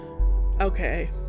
Okay